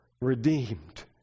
redeemed